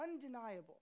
undeniable